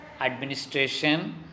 administration